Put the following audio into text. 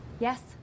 Yes